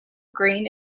green